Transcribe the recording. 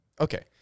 Okay